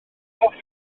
hoffi